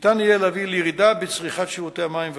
ניתן יהיה להביא לירידה בצריכת שירותי המים והביוב,